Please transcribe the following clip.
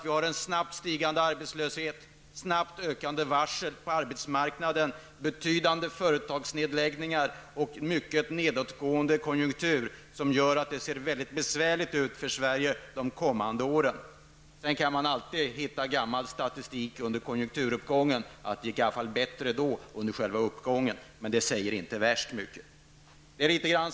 Vi har en snabbt stigande arbetslöshet, snabbt ökande antal varsel på arbetsmarknaden, betydande företagsnedläggningar och mycket nedåtgående konjunktur som gör att det ser väldigt besvärligt ut för Sverige de kommande åren. Sedan kan man alltid hitta gammal statistik under konjunkturuppgången som visar att det i alla fall gick bättre då, under själva uppgången, men det säger inte värst mycket.